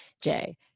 Jay